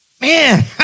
Man